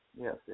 Yes